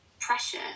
pressure